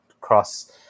cross